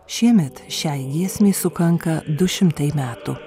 šiemet šiai giesmei sukanka du šimtai metų